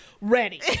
ready